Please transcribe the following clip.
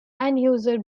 anheuser